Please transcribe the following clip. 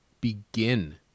begin